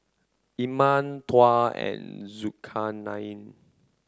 Iman Tuah and Zulkarnain